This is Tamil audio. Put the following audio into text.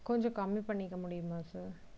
கொஞ்சம் கம்மி பண்ணிக்க முடியுமா சார்